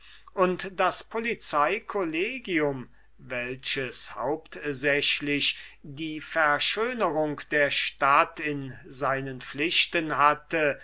und das policeicollegium dem hauptsächlich die verschönerung der stadt in seine pflichten